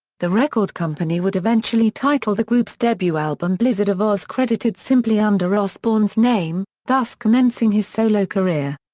the record company would eventually title the group's debut album blizzard of ozz credited simply under osbourne's name, thus commencing his solo career.